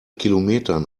kilometern